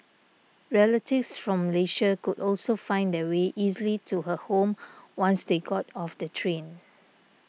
relatives from Malaysia could also find their way easily to her home once they got off the train